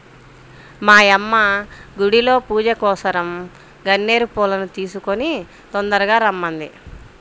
మా యమ్మ గుడిలో పూజకోసరం గన్నేరు పూలను కోసుకొని తొందరగా రమ్మంది